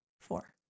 four